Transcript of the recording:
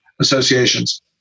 associations